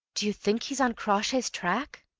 do you think he's on crawshay's track?